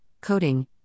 coding